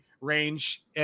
range